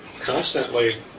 constantly